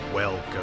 Welcome